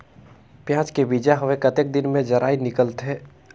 पियाज के बीजा हवे कतेक दिन मे जराई निकलथे?